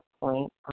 point